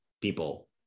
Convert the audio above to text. people